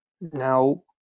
Now